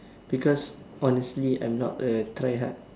because honestly I'm not the try hard